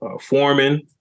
Foreman